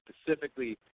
specifically